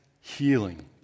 healing